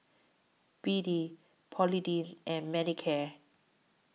B D Polident and Manicare